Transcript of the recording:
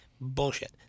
Bullshit